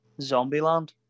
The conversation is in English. Zombieland